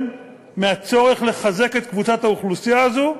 מהצורך לחזק את קבוצת האוכלוסייה הזאת,